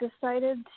decided